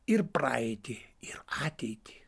ir praeitį ir ateitį